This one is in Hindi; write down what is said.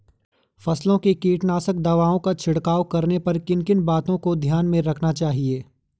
फसलों में कीटनाशक दवाओं का छिड़काव करने पर किन किन बातों को ध्यान में रखना चाहिए?